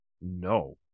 no